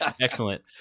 Excellent